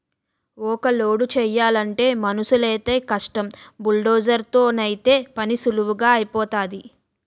ఊక లోడు చేయలంటే మనుసులైతేయ్ కష్టం బుల్డోజర్ తోనైతే పనీసులువుగా ఐపోతాది